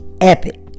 epic